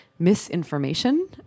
misinformation